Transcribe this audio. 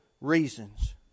reasons